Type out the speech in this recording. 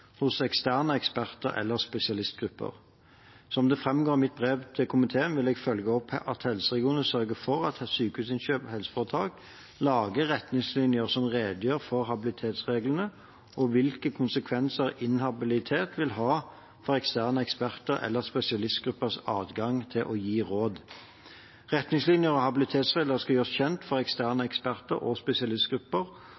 hos eksterne eksperter eller spesialistgrupper. Som det framgår av mitt brev til komiteen, vil jeg følge opp at helseregionene sørger for at Sykehusinnkjøp og helseforetak lager retningslinjer som redegjør for habilitetsreglene og hvilke konsekvenser inhabilitet vil ha for eksterne eksperters eller spesialistgruppers adgang til å gi råd. Retningslinjer og habilitetsregler skal gjøres kjent for eksterne